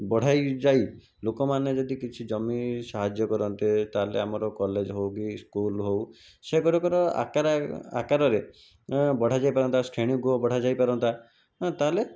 ବଢ଼ାଇ ଯାଇ ଲୋକମାନେ ଯଦି କିଛି ଜମି ସାହାଯ୍ୟ କରନ୍ତେ ତାହେଲେ ଆମର କଲେଜ ହେଉ କି ସ୍କୁଲ ହେଉ ସେଗୁଡାକର ଆକାର ଆକାରରେ ବଢ଼ା ଯାଇପାରନ୍ତା ଶ୍ରେଣୀଗୃହ ବଢ଼ା ଯାଇପାରନ୍ତା ତାହେଲେ